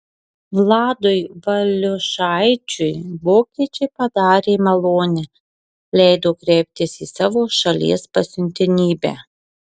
vladui valiušaičiui vokiečiai padarė malonę leido kreiptis į savo šalies pasiuntinybę